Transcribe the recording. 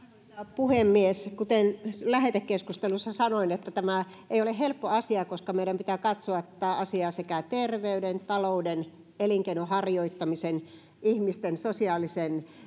puhemies kuten lähetekeskustelussa sanoin tämä ei ole helppo asia koska meidän pitää katsoa tätä asiaa sekä terveyden talouden elinkeinonharjoittamisen ihmisten sosiaalisen